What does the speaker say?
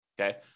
Okay